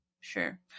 sure